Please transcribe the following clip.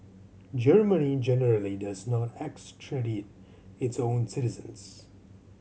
Germany generally does not extradite its own citizens